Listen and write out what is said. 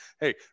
Hey